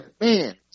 man